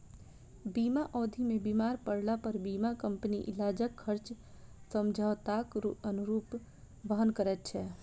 बीमा अवधि मे बीमार पड़लापर बीमा कम्पनी इलाजक खर्च समझौताक अनुरूप वहन करैत छै